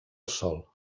sol